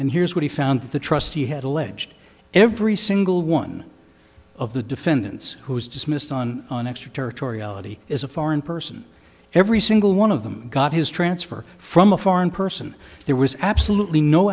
and here's what he found that the trustee had alleged every single one of the defendants who was dismissed on on extraterritoriality is a foreign person every single one of them got his transfer from a foreign person there was absolutely no